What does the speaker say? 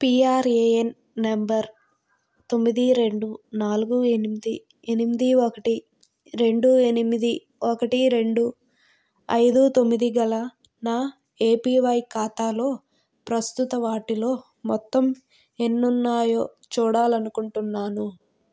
PRAN నంబరు తొమ్మిది రెండు నాలుగు ఎనిమిది ఎనిమిది ఒకటి రెండు ఎనిమిది ఒకటి రెండు ఐదు తొమ్మిది గల నా ఏపివై ఖాతాలో ప్రస్తుత వాటిలో మొత్తం ఎన్నో చూడాలనుకుంటున్నాను